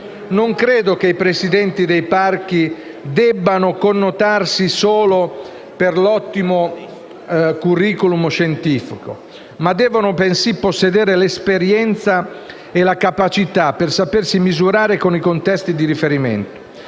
non credo che i Presidenti dei parchi debbano connotarsi solo per l’ottimo curriculum scientifico, devono bensì possedere l’esperienza e la capacità per sapersi misurare con i contesti di riferimento,